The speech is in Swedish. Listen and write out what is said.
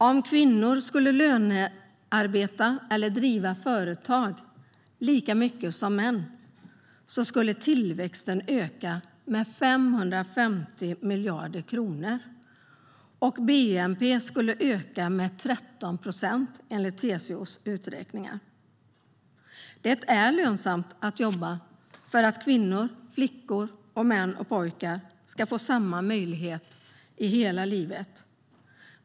Om kvinnor skulle lönearbeta eller driva företag i samma utsträckning som män skulle tillväxten öka med 550 miljarder kronor, och bnp skulle öka med 13 procent, enligt TCO:s uträkningar. Det är lönsamt att jobba för att kvinnor, flickor, män och pojkar ska få samma möjligheter under hela livet.